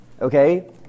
okay